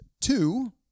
Two